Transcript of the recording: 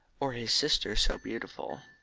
or his sister so beautiful.